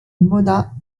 mona